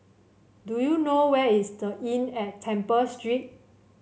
do you know where is The Inn at Temple Street